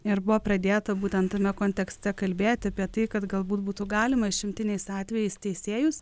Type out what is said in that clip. ir buvo pradėta būtent tame kontekste kalbėti apie tai kad galbūt būtų galima išimtiniais atvejais teisėjus